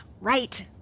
right